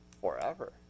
forever